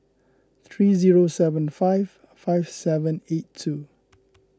three zero seven five five seven eight two